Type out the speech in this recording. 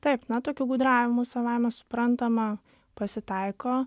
taip na tokių gudravimų savaime suprantama pasitaiko